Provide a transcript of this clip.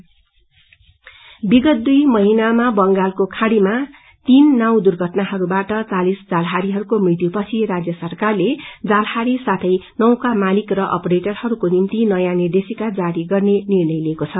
fishermen विगत दुई महिनामा बंगालको खाड़ीमा तीन नाव दुर्घटनाहरूमा चालीस जालहारीहरूको मृत्यूपछि राज्य सरकारले जालहारी साथै नौका मालिक र अपरेटरहरूको निम्ति नयाँ निदेशिका जारी गर्ने निर्णय लिएको छ